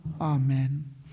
Amen